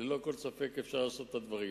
ללא כל ספק אפשר לעשות את הדברים.